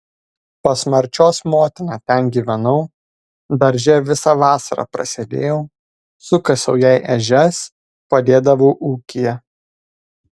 pas marčios motiną ten gyvenau darže visą vasarą prasėdėjau sukasiau jai ežias padėdavau ūkyje